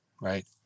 right